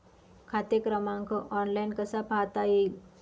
खाते क्रमांक ऑनलाइन कसा पाहता येईल?